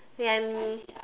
lend